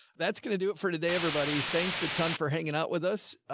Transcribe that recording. that's going to do it for today. everybody, thanks a ton for hanging out with us.